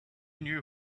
knew